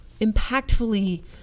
impactfully